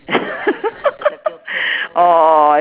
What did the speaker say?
orh